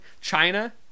China